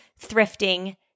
thrifting